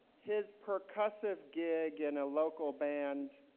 his percussive gig in a local band,